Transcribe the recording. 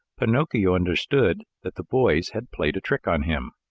pinocchio understood that the boys had played a trick on him.